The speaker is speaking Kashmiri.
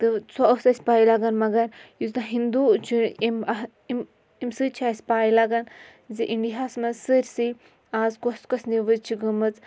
تہٕ سۄ ٲس اَسہِ پَے لَگان مگر یُس دَہ ہِندوٗ چھُ اَمہِ سۭتۍ چھِ اَسہِ پَے لَگان زِ اِنڈیاہَس منٛز سٲرۍسٕے آز کۄس کۄس نِوٕز چھِ گٔمٕژ